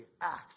acts